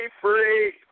free